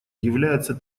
является